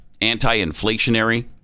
anti-inflationary